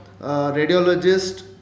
radiologist